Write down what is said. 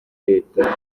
leta